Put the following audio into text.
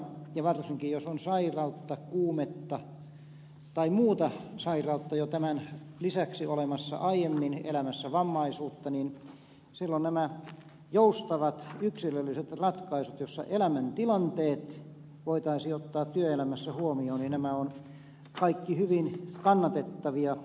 ja varsinkin jos on sairautta kuumetta tai muuta sairautta jo tämän lisäksi olemassa aiemmin elämässä vammaisuutta niin silloin nämä joustavat yksilölliset ratkaisut joissa elämäntilanteet voitaisiin ottaa työelämässä huomioon ovat kaikki hyvin kannatettava kehitettäviä